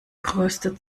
größte